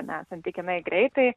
na santykinai greitai